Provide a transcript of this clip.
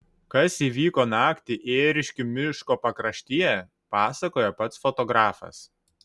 kas įvyko naktį ėriškių miško pakraštyje pasakoja pats fotografas